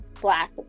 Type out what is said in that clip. black